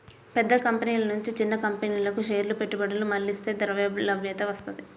పెద్ద కంపెనీల నుంచి చిన్న కంపెనీలకు షేర్ల పెట్టుబడులు మళ్లిస్తే ద్రవ్యలభ్యత వత్తది